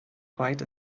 quiet